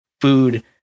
food